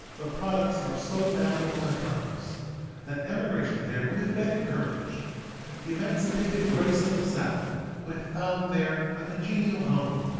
the products are so valuable in commerce that emigration there would have been encouraged the emancipated race of the south would have found there a congenial home,